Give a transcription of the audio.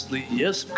yes